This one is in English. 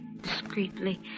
discreetly